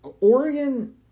Oregon